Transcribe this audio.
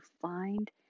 find